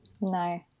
No